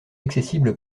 accessible